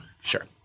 sure